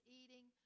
eating